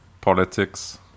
politics